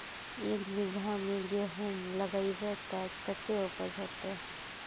एक बिगहा में गेहूम लगाइबे ते कते उपज होते?